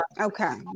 Okay